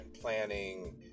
planning